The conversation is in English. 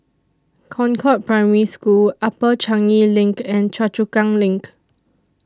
Concord Primary School Upper Changi LINK and Choa Chu Kang LINK